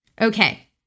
Okay